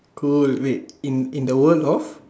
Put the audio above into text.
cool wait in in the world of